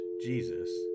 Jesus